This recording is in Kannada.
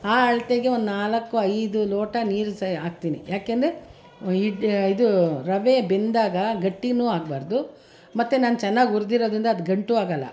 ಆ ಅಳತೆಗೆ ಒಂದು ನಾಲ್ಕು ಐದು ಲೋಟ ನೀರು ಸಹ ಹಾಕ್ತೀನಿ ಯಾಕೆಂದರೆ ಇಡ್ ಇದು ರವೆ ಬೆಂದಾಗ ಗಟ್ಟಿಯೂ ಆಗಬಾರ್ದು ಮತ್ತು ನಾನು ಚೆನ್ನಾಗಿ ಉರಿದಿರೋದ್ರಿಂದ ಅದು ಗಂಟು ಆಗಲ್ಲ